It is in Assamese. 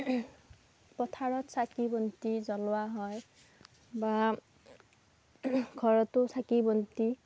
পথাৰত চাকি বন্তি জ্বলোৱা হয় বা ঘৰতো চাকি বন্তি